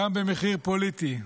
גם במחיר פוליטי.